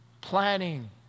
planning